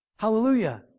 Hallelujah